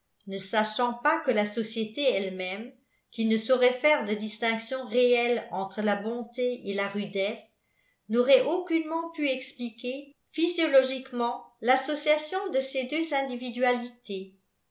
ne sachant pas que la société elle-même qui ne saurait faire de distinction réelle entre la bonté et la rudesse n'aurait aucunement pu expliquer physiologiquement l'association de ces deux individualités